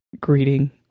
greeting